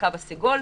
הקו הסגול.